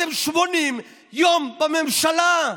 אתם 80 יום בממשלה.